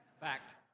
Fact